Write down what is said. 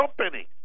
companies